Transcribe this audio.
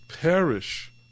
perish